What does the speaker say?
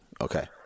Okay